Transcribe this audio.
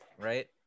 Right